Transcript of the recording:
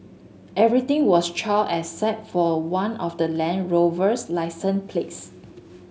everything was charred except for one of the Land Rover's licence plates